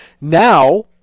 Now